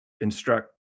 instruct